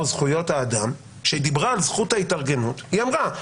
זכויות האדם שדיברה על זכות ההתארגנות אמרה: